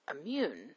immune